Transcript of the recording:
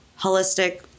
holistic